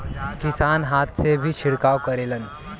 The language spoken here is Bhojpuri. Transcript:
किसान हाथ से भी छिड़काव करेलन